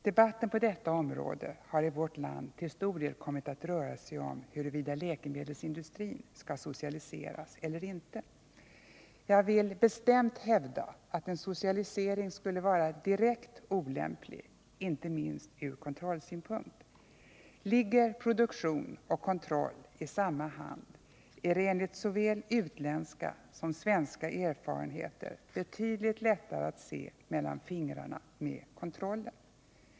Debatten på detta område har i vårt land till stor del kommit att röra sig om huruvida läkemedelsindustrin skall socialiseras eller inte. Jag vill bestämt hävda att en socialisering skulle vara direkt olämplig, inte minst ur kontrollsynpunkt. Ligger produktion och kontroll i samma hand är det enligt såväl utländska som svenska erfarenheter betydligt lättare att se mellan fingrarna med kontrollen.